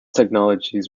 technologies